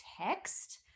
text